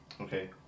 Okay